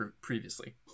previously